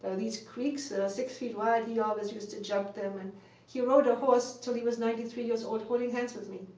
and these creeks, six feet wide, he always used to jump them, and he rode a horse until he was ninety three years old, holding hands with me.